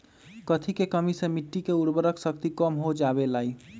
कथी के कमी से मिट्टी के उर्वरक शक्ति कम हो जावेलाई?